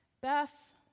Beth